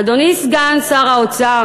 אדוני סגן שר האוצר,